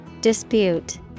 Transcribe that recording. Dispute